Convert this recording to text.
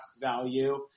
value